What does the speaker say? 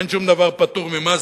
אין שום דבר פטור ממס,